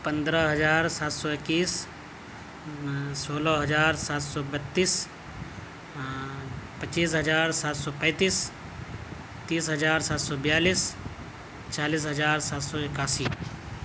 پندرہ ہزار سات سو اکیس سولہ ہزار سات سو بتیس پچیس ہزار سات سو پینتیس تیس ہزار سات سو بیالیس چالیس ہزار سات سو اکاسی